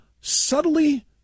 subtly